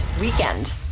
weekend